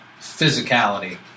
physicality